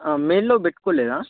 మెయిల్లో పెట్టుకోలేదా